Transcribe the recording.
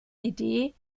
idee